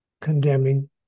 condemning